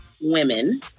Women